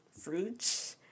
fruits